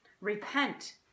Repent